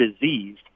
diseased